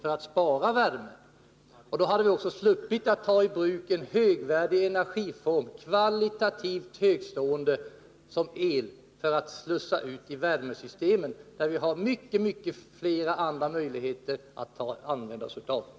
Då slipper vi också att ta i bruk en kvalitativt sett högstående energikälla som el i värmesystemen. Det finns många andra energikällor som vi kan utnyttja.